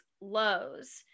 lows